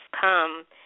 come